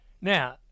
Now